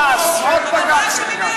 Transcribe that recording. עשרות בג"צים,